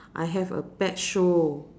I have a pet show